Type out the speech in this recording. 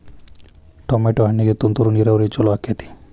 Tomato ಹಣ್ಣಿಗೆ ತುಂತುರು ನೇರಾವರಿ ಛಲೋ ಆಕ್ಕೆತಿ?